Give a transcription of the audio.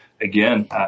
again